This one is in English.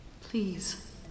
Please